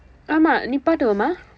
ஆமாம் நிப்பாட்டுவோம்:aamaam nippaatduvoom